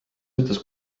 ütles